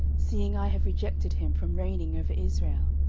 seeing i have rejected him from reigning over israel?